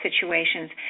situations